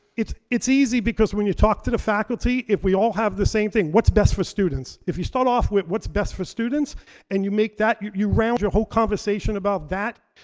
it's it's easy because when you talk to the faculty, if we all have the same thing, what's best for students? if you start off with, what's best for students and you make that, you round your whole conversation about that,